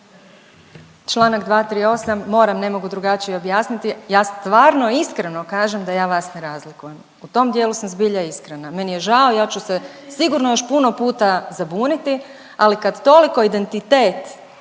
Članak 238., moram ne mogu drugačije objasniti. Ja stvarno iskreno kažem da ja vas ne razlikujem u tom dijelu sam zbilja iskrena. Meni je žao, ja ću se sigurno još puno puta zabuniti ali kad toliko identitet